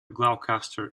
gloucester